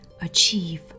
achieve